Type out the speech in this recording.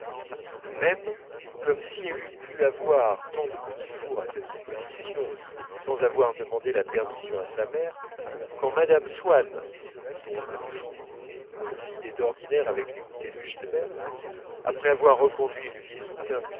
même comme si elle eût pu avoir tant de petits fours à sa disposition sans avoir demandé la permission à sa mère quand mme swann dont le jour coïncidait d'ordinaire avec les goûters de gilberte après avoir reconduit une visite